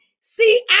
See